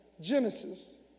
Genesis